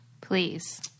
Please